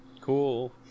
cool